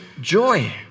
joy